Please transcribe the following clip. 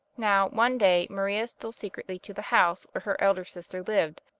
now one day maria stole secretly to the house where her elder sister lived,